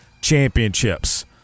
Championships